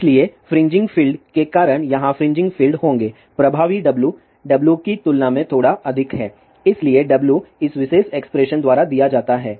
इसलिए fringing field के कारण यहां फ्रिंजिंग फील्ड होंगे प्रभावी W W की तुलना में थोड़ा अधिक है इसलिए W इस विशेष एक्सप्रेशन द्वारा दिया जाता है